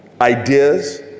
ideas